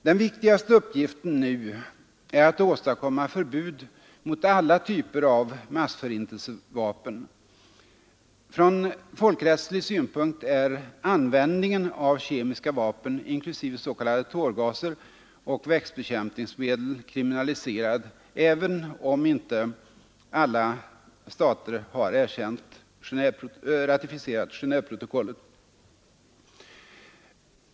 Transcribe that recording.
Den viktigaste uppgiften nu är att åstadkomma förbud mot alla typer av massförintelsevapen. Från folkrättslig synpunkt är användningen av kemiska vapen, inklusive s.k. tårgaser och växtbekämpningsmedel, kriminaliserade, även om inte alla stater har ratificerat Gen&veprotokollet.